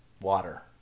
Water